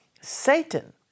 Satan